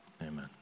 Amen